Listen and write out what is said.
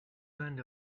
kind